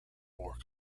more